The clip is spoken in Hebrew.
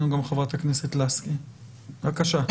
בבקשה.